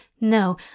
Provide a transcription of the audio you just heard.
No